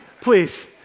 Please